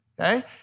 okay